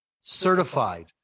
Certified